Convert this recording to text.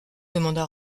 demanda